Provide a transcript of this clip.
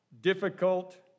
difficult